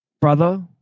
brother